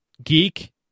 Geek